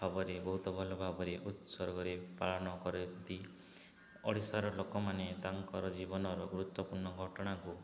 ଭାବରେ ବହୁତ ଭଲ ଭାବରେ ଉତ୍ସର୍ଗରେ ପାଳନ କରନ୍ତି ଓଡ଼ିଶାର ଲୋକମାନେ ତାଙ୍କର ଜୀବନର ଗୁରୁତ୍ୱପୂର୍ଣ୍ଣ ଘଟଣାକୁ